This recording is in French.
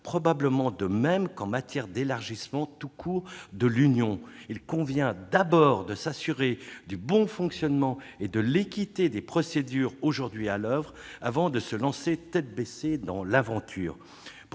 probablement de même qu'en matière d'élargissement tout court de l'Union : il convient de s'assurer du bon fonctionnement et de l'équité des procédures aujourd'hui à l'oeuvre avant de se lancer tête baissée dans l'aventure.